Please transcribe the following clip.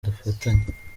dufatanye